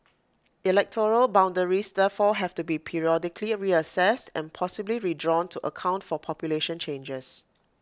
electoral boundaries therefore have to be periodically reassessed and possibly redrawn to account for population changes